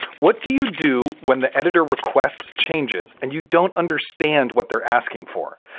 what do you do when the editor requests changes and you don't understand what they're asking for?